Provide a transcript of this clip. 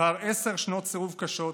לאחר עשר שנות סירוב קשות